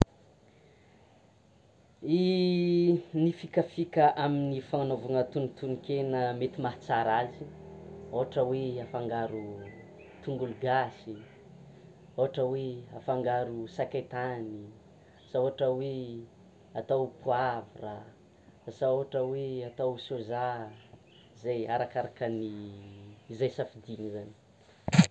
Ny fikafika amin'ny fagnanaovana tonotonon-kena mety mahatsara azy, asa ohatra hoe afangaro tongolo gasy, ohatra hoe afangaro sakay tany, asa ohatra hoe: atao poivre, asa ohatra hoe: atao soja, zay arakaraka ny izay safidiny zany.